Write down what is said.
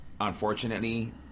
Unfortunately